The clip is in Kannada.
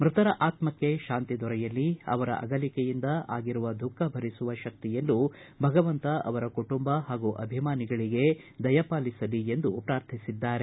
ಮೃತರ ಆತಕ್ಷ ಶಾಂತಿ ದೊರೆಯಲಿ ಅವರ ಅಗಲಿಕೆಯಿಂದ ಆಗಿರುವ ದುಃಖ ಭರಿಸುವ ಶಕ್ತಿಯನ್ನು ಭಗವಂತ ಅವರ ಕುಟುಂಬ ಹಾಗೂ ಅಭಿಮಾನಿಗಳಿಗೆ ದಯಪಾಲಿಸಲಿ ಎಂದು ಪ್ರಾರ್ಥಿಸಿದ್ದಾರೆ